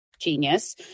genius